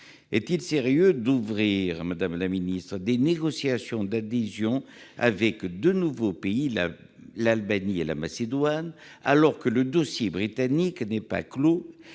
Est-il sérieux d'ouvrir des négociations d'adhésion avec deux nouveaux pays, l'Albanie et la Macédoine, alors que le dossier britannique n'est pas clos